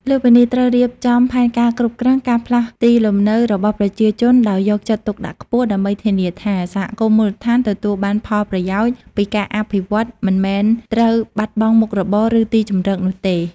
លើសពីនេះ ត្រូវរៀបចំផែនការគ្រប់គ្រង ការផ្លាស់ទីលំនៅ របស់ប្រជាជនដោយយកចិត្តទុកដាក់ខ្ពស់ ដើម្បីធានាថា សហគមន៍មូលដ្ឋានទទួលបានផលប្រយោជន៍ ពីការអភិវឌ្ឍ មិនមែនត្រូវបាត់បង់មុខរបរ ឬទីជម្រកនោះទេ។